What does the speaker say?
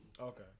Okay